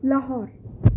Lahore